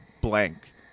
blank